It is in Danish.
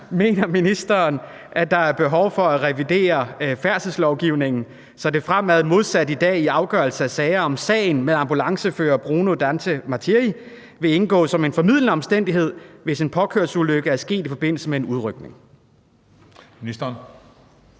Mener ministeren, at der er behov for at revidere færdselslovgivningen, så det fremover modsat i dag i afgørelser af sager som sagen med ambulancefører Bruno Dante Martiri vil indgå som en formildende omstændighed, hvis en påkørselsulykke er sket i forbindelse med en udrykning? Kl.